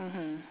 mmhmm